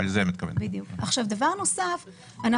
דבר נוסף,